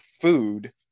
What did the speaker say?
food